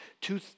two